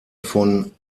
von